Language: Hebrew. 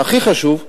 והכי חשוב,